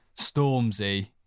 stormzy